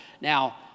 Now